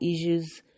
issues